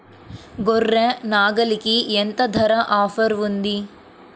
గొర్రె, నాగలికి ఎంత ధర ఆఫర్ ఉంది?